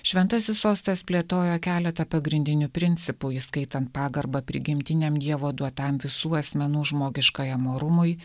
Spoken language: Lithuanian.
šventasis sostas plėtojo keletą pagrindinių principų įskaitant pagarbą prigimtiniam dievo duotam visų asmenų žmogiškajam orumui